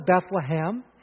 Bethlehem